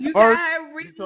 First